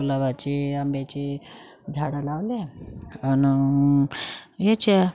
गुलाबाची आंब्याची झाडं लावले आणि याच्या